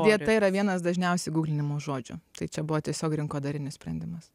dieta yra vienas dažniausiai gūglinimo žodžių tai čia buvo tiesiog rinkodarinis sprendimas